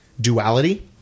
duality